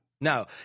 No